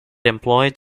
employed